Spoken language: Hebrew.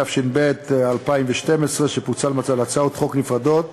התשע"ב 2012, שתפוצל להצעות חוק נפרדות,